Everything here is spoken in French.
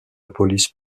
police